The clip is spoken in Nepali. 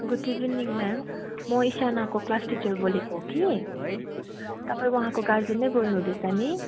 गुड इभिनिङ म्याम म इसानाको क्लास टिचर बोलेको कि तपाईँ उहाँको गार्जियन नै बोल्नु हुँदैछ नि